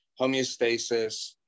Homeostasis